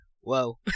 whoa